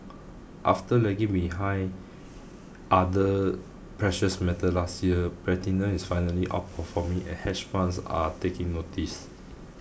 after lagging behind other precious metals last year platinum is finally outperforming and hedge funds are taking notice